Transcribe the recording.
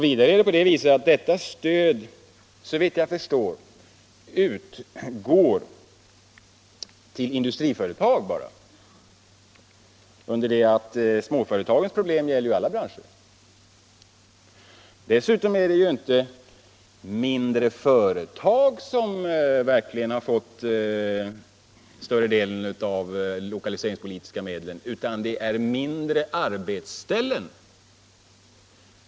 Vidare utgår detta stöd såvitt jag förstår bara till industriföretag, under det att småföretagens problem ju gäller alla branscher. Dessutom är det inte mindre företag som verkligen har fått större delen av de lokaliseringspolitiska medlen utan det är mindre arbetsställen.